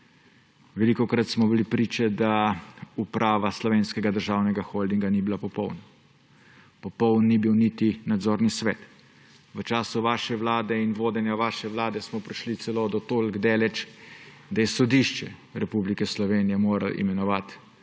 Velikokrat smo bili priča, da uprava Slovenskega državnega holdinga ni bila popolna. Popoln ni bil niti nadzorni svet. V času vaše vlade in vodenja vaše vlade smo prišli celo tako daleč, da je sodišče Republike Slovenije mora imenovati